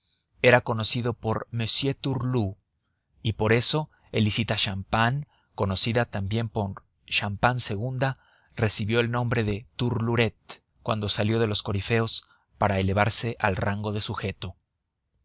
era conocido por m turlu y por eso elisita champagne conocida también por champagne ii recibió el nombre de turlurette cuando salió de los corifeos para elevarse al rango de sujeto